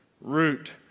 root